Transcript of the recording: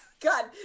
God